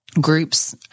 groups